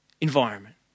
environment